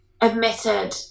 admitted